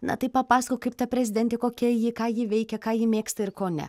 na tai papasakok kaip ta prezidentė kokia ji ką ji veikia ką ji mėgsta ir kone